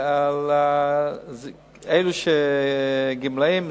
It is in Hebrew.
אלה הגמלאים,